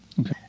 Okay